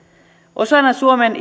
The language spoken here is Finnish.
osana suomen